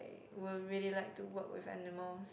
I will really like to work with animals